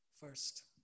first